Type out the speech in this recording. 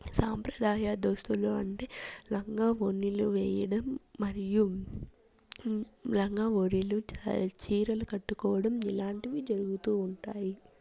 సాంప్రదాయ దుస్తులు అంటే లంగా ఓణీలు వేయడం మరియు లంగా ఓణీలు చీరలు కట్టుకోవడం ఇలాంటివి జరుగుతూ ఉంటాయి